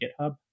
GitHub